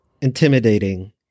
Intimidating